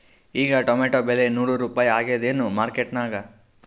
ಈಗಾ ಟೊಮೇಟೊ ಬೆಲೆ ನೂರು ರೂಪಾಯಿ ಅದಾಯೇನ ಮಾರಕೆಟನ್ಯಾಗ?